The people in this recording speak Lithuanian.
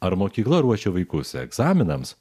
ar mokykla ruošia vaikus egzaminams